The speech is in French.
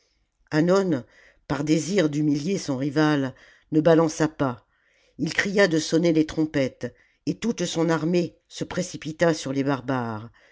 hannon par désir d'humilier son rival ne balança pas ii cria de sonner les trompettes et toute son armée se précipita sur les barbares